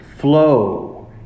Flow